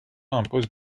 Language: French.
impose